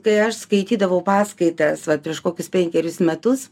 kai aš skaitydavau paskaitas vat prieš kokius penkerius metus